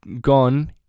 gone